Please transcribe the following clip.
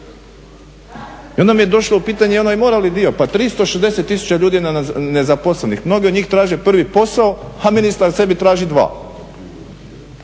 I onda mi je došlo u pitanje i onaj moralni dio, pa 360 tisuća ljudi je nezaposlenih, mnogi od njih traže prvi posao a ministar sebi traži dva